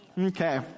Okay